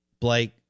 Blake